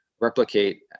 replicate